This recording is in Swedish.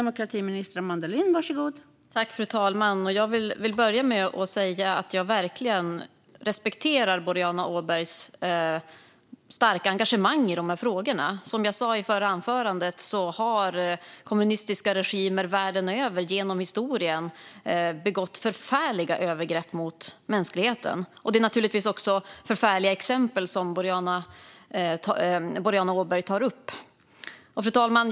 Fru talman! Jag vill börja med att säga att jag verkligen respekterar Boriana Åbergs starka engagemang i de här frågorna. Som jag sa i det förra anförandet har kommunistiska regimer världen över genom historien begått förfärliga övergrepp på mänskligheten. Det är naturligtvis också förfärliga exempel som Boriana Åberg tar upp. Fru talman!